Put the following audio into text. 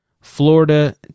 Florida